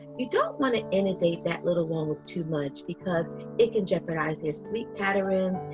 you don't want to inundate that little one with too much because it can jeopardize their sleep patterns,